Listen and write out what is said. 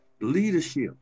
leadership